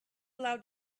allowed